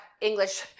English